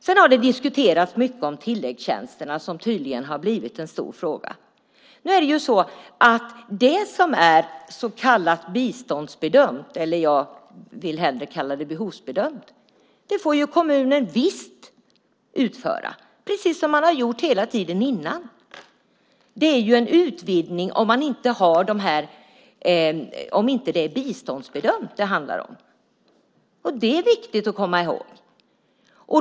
Sedan har tilläggstjänsterna, som tydligen har blivit en stor fråga, diskuterats mycket. Det som är så kallat biståndsbedömt - jag vill hellre kalla det behovsbedömt - får kommunen visst utföra precis som man har gjort hela tiden tidigare. Det är en utvidgning om det inte handlar om det som är biståndsbedömt. Det är viktigt att komma ihåg.